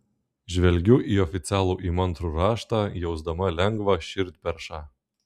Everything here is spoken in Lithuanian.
žvelgiu į oficialų įmantrų raštą jausdama lengvą širdperšą